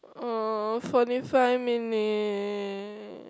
oh forty five minute